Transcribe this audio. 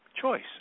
choice